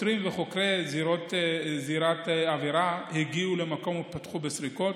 שוטרים וחוקרי זירת עבירה הגיעו למקום ופתחו בסריקות.